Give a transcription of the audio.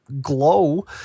glow